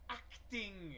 acting